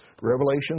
Revelation